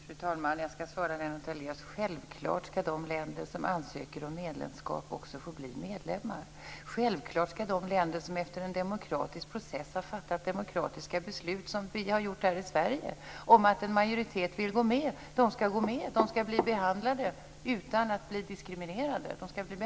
Fru talman! Jag skall svara Lennart Daléus. Självklart skall de länder som ansöker om medlemskap också få bli medlemmar. Självklart skall de länder som efter en demokratisk process har fattat ett majoritetsbeslut om att gå med, som vi har gjort här i Sverige, också göra det. De skall bli behandlade väl, utan att bli diskriminerade.